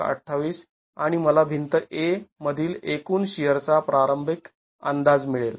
२८ आणि मला भिंत A मधील एकूण शिअरचा प्रारंभिक अंदाज मिळेल